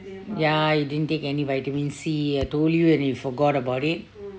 ya I didn't take any vitamin C I told you and you forget about it